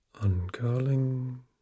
uncurling